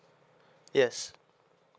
yes